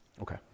Okay